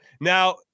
Now